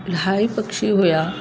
इलाही पक्षी हुआ